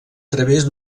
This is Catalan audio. través